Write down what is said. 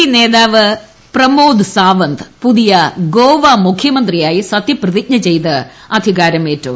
P നേതാവ് പ്രമോദ് സാവന്ത് പുതിയ ഗോവ മുഖ്യമന്ത്രിയായി സത്യപ്രതിജ്ഞ് ചെയ്ത് അധികാരമേറ്റു